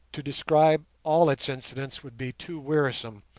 to describe all its incidents would be too wearisome,